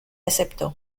aceptó